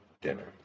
dinner